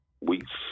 weeks